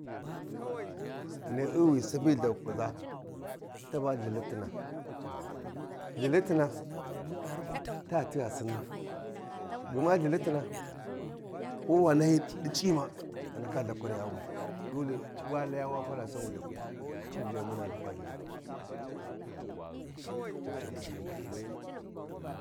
Na’i wi ghi sapi Lthakwa khiʒa ta ba Lthi Lthitina, LthiLthitina, ta tigha Sinna, gma Lthilthitina ko wa nahuy ɗi C’i ma, a ndaka Lthakuwanyawi dolle wa laya wa fala sa wu lthakwi ca bu ʒha muna lthakwa Lthilhitina cabu ʒha muna lthakwa Lthilhitina ca bu ʒha muna lthawa Lthilhitina.